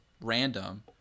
random